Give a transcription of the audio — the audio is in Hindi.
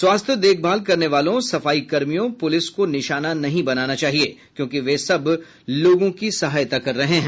स्वास्थ्य देखभाल करने वालों सफाईकर्मियों पुलिस को निशाना नहीं बनाया जाना चाहिए क्योंकि वे सब लोगों की सहायता कर रहे हैं